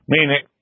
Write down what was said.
Meaning